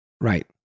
Right